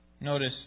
Notice